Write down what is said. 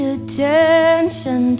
attention